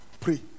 Pray